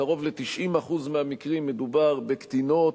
בקרוב ל-90% מהמקרים מדובר בקטינות,